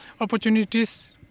opportunities